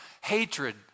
hatred